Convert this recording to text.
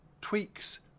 tweaks